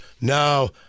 No